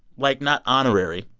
like, not honorary,